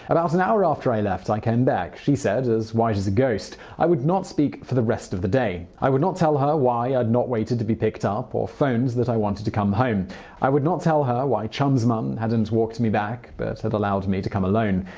about an hour after i left i came back she said, as white as a ghost. i would not speak for the rest of the day i would not tell her why i'd not waited to be picked up or phoned that i wanted to come home i would not tell her why my chum's mom hadn't walked me back but had allowed me to come alone.